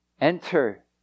Enter